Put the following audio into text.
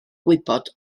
gwybod